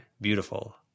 beautiful